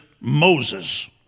Moses